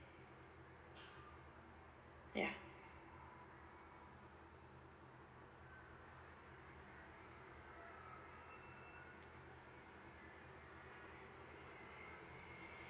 ya